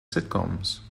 sitcoms